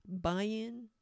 buy-in